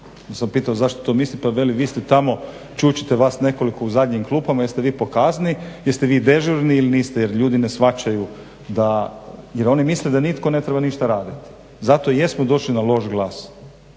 sam pitao zašto to misli, pa veli vi ste tamo čučite vas nekoliko u zadnjim klupama jest vi po kazni, jeste vi dežurni ili niste jel ljudi ne shvaćaju jer oni misle da nitko ne treba ništa raditi. zato i jesmo došli na loš glas.